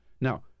Now